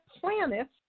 planets